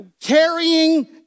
carrying